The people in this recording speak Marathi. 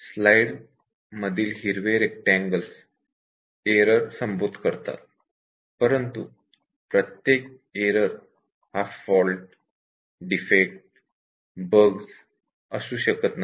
स्लाईडमध्ये हिरवे रेक्टांगल्स एरर संबोध करतात परंतु प्रत्येक एरर हा फॉल्ट डिफेक्ट बग्स असू शकत नाही